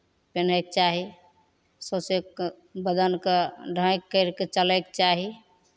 पेन्हैके चाही सौँसै क् बदनकेँ ढाँकि करि कऽ चलैके चाही